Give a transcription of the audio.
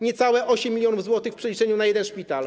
Niecałe 8 mln zł w przeliczeniu na jeden szpital.